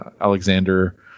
Alexander